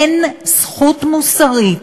אין זכות מוסרית